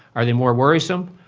are they more worrisome,